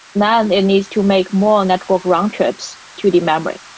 then it needs to make more network round trips to the memory.